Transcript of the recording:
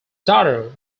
daughter